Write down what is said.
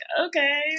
Okay